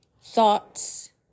thoughts